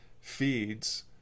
feeds